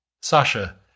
Sasha